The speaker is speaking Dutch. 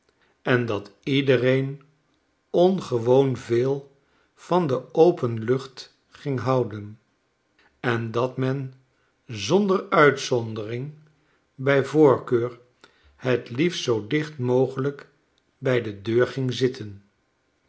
en dat iedereen ongewbon veel van de open lucht ging houden en dat men zonder uitzondering bij voorkeur het liefst zoo dicht mogelijk bij de deur ging zitten